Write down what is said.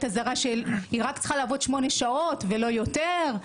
הזרה שהיא רק צריכה לעבוד שמונה שעות ולא יותר.